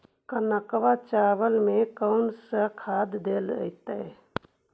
कनकवा चावल में कौन से खाद दिलाइतै?